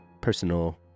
personal